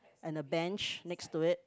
and a bench next to it